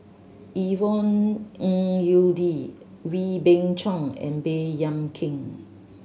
Yvonne Ng Uhde Wee Beng Chong and Baey Yam Keng